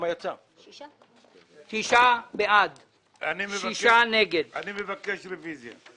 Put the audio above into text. בעד 9. נגד 6. אני מבקש רביזיה.